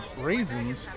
raisins